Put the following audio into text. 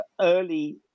early